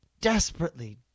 desperately